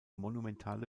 monumentale